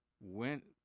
went